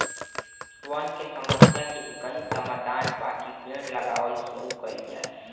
वन के समस्या के एकही समाधान बाकि पेड़ लगावल शुरू कइल जाए